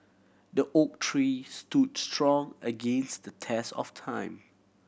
the oak tree stood strong against the test of time